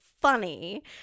funny